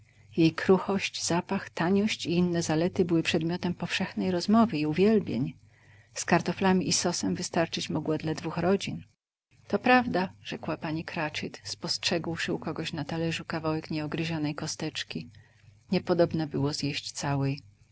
jej kruchość zapach taniość i inne zalety były przedmiotem powszechnej rozmowy i uwielbień z kartoflami i sosem wystarczyć mogła dla dwóch rodzin to prawda rzekła pani cratchit spostrzegłszy u kogoś na talerzu kawałek nieogryzionej kosteczki niepodobna było zjeść całej